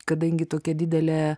kadangi tokia didelė